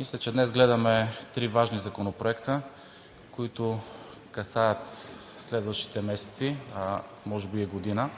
Мисля, че днес гледаме три важни законопроекта, които касаят следващите месеци, а може би и година.